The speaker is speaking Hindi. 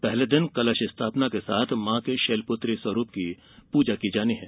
पहले दिन कलश स्थापना के साथ मां के शैलपुत्री स्वरूप की पूजा की जानी है